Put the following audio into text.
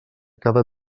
cada